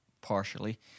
partially